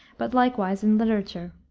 but likewise in literature.